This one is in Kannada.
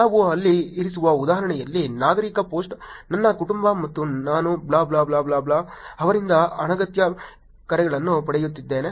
ನಾವು ಅಲ್ಲಿ ಇರಿಸಿರುವ ಉದಾಹರಣೆಯಲ್ಲಿ ನಾಗರಿಕ ಪೋಸ್ಟ್ ನನ್ನ ಕುಟುಂಬ ಮತ್ತು ನಾನು blah blah blah blah blah ಅವರಿಂದ ಅನಗತ್ಯ ಕರೆಗಳನ್ನು ಪಡೆಯುತ್ತಿದ್ದೇವೆ